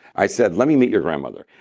i said, let me meet your grandmother.